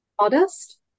Modest